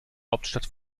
hauptstadt